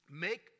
make